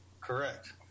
Correct